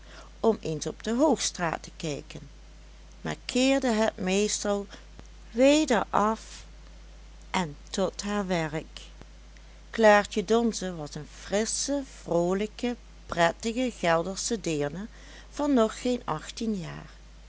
om eens op de hoogstraat te kijken maar keerde het meestal teleurgesteld weder af en tot haar werk klaartje donze was een frissche vroolijke prettige geldersche deerne van nog geen achttien jaar